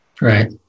right